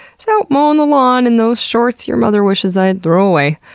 so mowing the lawn in those shorts your mother wishes i'd throw away,